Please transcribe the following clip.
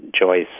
Joyce